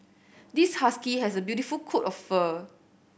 this husky has a beautiful coat of fur